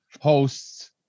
hosts